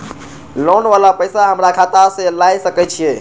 Loan वाला पैसा हमरा खाता से लाय सके छीये?